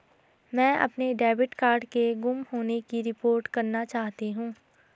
मैं अपने debit card के गुम होने की रिपोर्ट करना चाहती हूँ